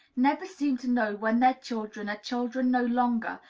never seem to know when their children are children no longer,